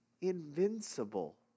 invincible